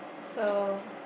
so